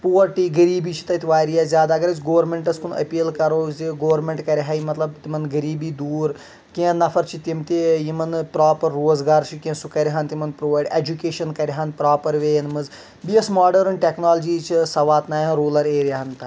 پورٹی غٔریٖبی چھِ تَتہِ واریاہ زیادٕ اگر أسۍ گورمٮ۪نٛٹَس کُن أپیٖل کَرو زِ گورمٮ۪نٛٹ کَرۍہا مَطلَب تِمن غٔریٖبی دوٗر کیٚنٛہہ نَفر چھِ تِم تہِ یِمن نہٕ پراپَر روزگار چھُ کیٚنٛہہ سُہ کَرِہا تِمن پرٛووایِڈ ایجوٗکیشٮ۪ن کَرِہَن پرٛاپَر وییَن منٛز بییہ یۄس ماڈٲرٕن ٹٮ۪کنالجی چھِ سۄ واتنایہا روٗلَر ایریاہَن تام